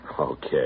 Okay